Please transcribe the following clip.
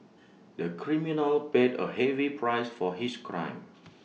the criminal paid A heavy price for his crime